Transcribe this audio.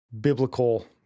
biblical